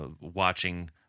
watching